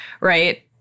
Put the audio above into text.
right